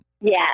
Yes